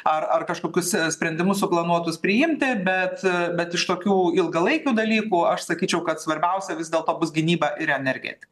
ar ar kažkokius sprendimus suplanuotus priimti bet bet iš tokių ilgalaikių dalykų aš sakyčiau kad svarbiausia vis dėlto bus gynyba ir energetika